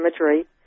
imagery